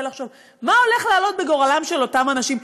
לחשוב מה הולך לעלות בגורלם של אותם אנשים,